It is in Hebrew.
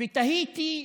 תהיתי: